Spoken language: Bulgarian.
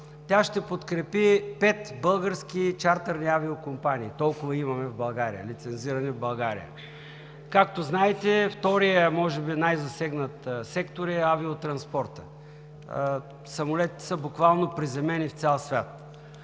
тя ще подкрепи пет български чартърни авиокомпании – толкова имаме в България, лицензирани в България. Както знаете, вторият може би най-засегнат сектор, е авиотранспортът. Самолетите са буквално приземени в цял свят.